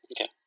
Okay